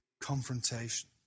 confrontation